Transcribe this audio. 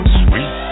sweet